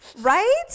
Right